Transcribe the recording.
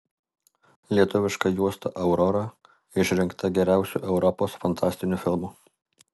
lietuviška juosta aurora išrinkta geriausiu europos fantastiniu filmu